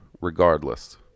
regardless